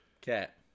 Cat